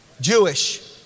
Jewish